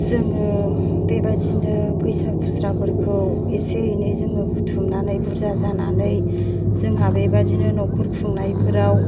जोङो बेबादिनो फैसा खुस्राफोरखौ एसे एनै जोङो बुथुमनानै बुरजा जानानै जोंहा बेबायदिनो न'खर खुंनायफोराव